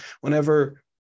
whenever